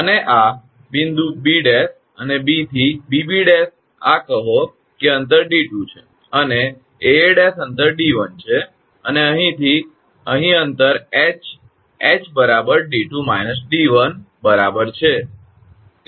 અને આ બિંદુ 𝐵′ અને 𝐵 થી 𝐵𝐵′ આ કહો કે અંતર 𝑑2 છે અને 𝐴𝐴′ અંતર 𝑑1 છે અને અહીંથી અહીં અંતર ℎ ℎ 𝑑2 − 𝑑1 બરાબર છે